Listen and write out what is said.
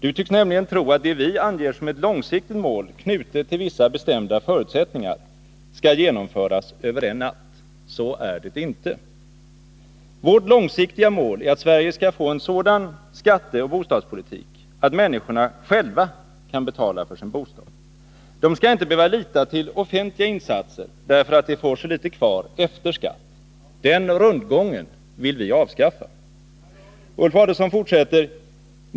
Du tycks nämligen tro att det vi anger som ett långsiktigt mål knutet till vissa bestämda förutsättnningar, skall genomföras över en natt. Så är det inte. Vårt långsiktiga mål är att Sverige skall få en sådan skatteoch bostadspolitik att människorna själva kan betala för sin bostad. De skall inte behöva lita till offentliga insatser därför att de får så lite kvar efter skatt. Den rundgången vill vi avskaffa.